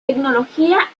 tecnología